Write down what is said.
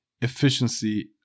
efficiency